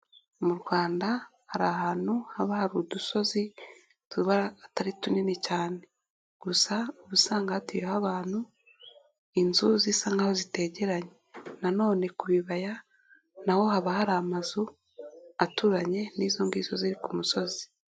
Mu Rwanda hari ahantu haba hari udusozi tuba atari tunini cyane, gusa uba usanga hatuye ho abantu inzu zisa nk'aho zitetegeranye, nanone ku bibaya naho haba hari amazu aturanye n'izo ng'izo ziri ku musozi.